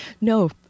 No